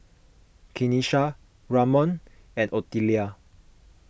Kenisha Ramon and Otelia